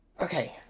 okay